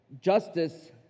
justice